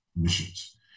missions